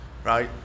Right